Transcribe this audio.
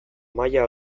maila